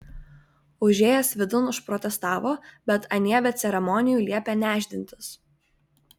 užėjęs vidun užprotestavo bet anie be ceremonijų liepė nešdintis